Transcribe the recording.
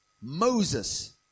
Moses